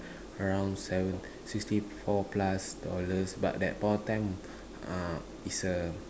around seven sixty four plus dollars but that point of time ah is a